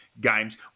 games